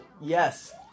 Yes